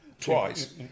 twice